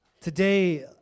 Today